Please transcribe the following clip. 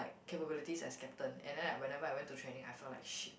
like capabilities as captain and then like whenever I went to training I felt like shit